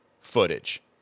footage